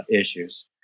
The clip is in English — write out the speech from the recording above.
issues